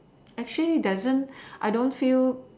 actually there isn't I don't feel